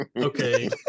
Okay